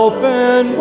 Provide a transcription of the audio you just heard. Open